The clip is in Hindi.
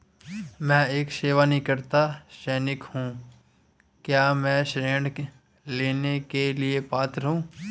मैं एक सेवानिवृत्त सैनिक हूँ क्या मैं ऋण लेने के लिए पात्र हूँ?